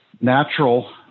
natural